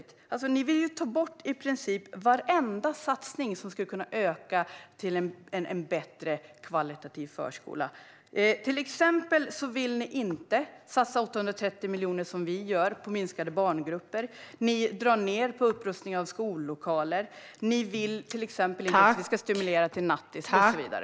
Ni vill ta bort i princip varenda satsning som skulle kunna ge en förskola med bättre kvalitet. Till exempel vill ni inte satsa 830 miljoner på minskade barngrupper, som vi gör. Ni drar ned på upprustningen av skollokaler, ni vill inte att vi ska stimulera till nattis och så vidare.